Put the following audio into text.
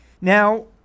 Now